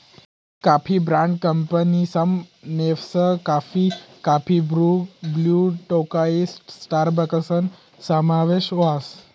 coffee brand कंपनीसमा Nescafe, coffee Bru, Blue Tokai स्टारबक्सना समावेश व्हस